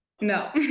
no